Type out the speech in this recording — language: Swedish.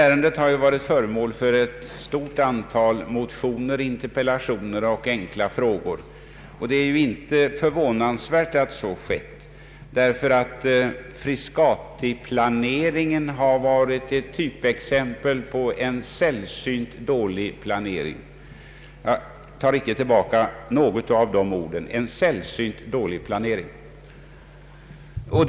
ärendet har varit föremål för ett stort antal motioner, interpellationer och enkla frågor. Det är inte förvånansvärt att så skett, ty Frescatiplaneringen är ett typexempel på en sällsynt dålig planering — jag tar inte tillbaka något av dessa ord.